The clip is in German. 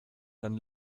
dann